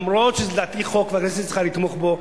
אפילו שלדעתי זה חוק שהכנסת צריכה לתמוך בו,